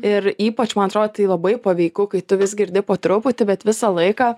ir ypač man atrodo tai labai paveiku kai tu vis girdi po truputį bet visą laiką